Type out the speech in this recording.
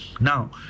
Now